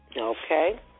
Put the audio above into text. Okay